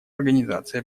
организации